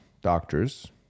doctors